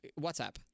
WhatsApp